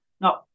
No